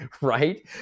right